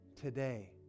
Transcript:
today